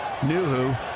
Nuhu